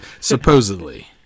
Supposedly